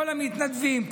כל המתנדבים,